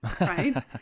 right